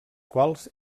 quals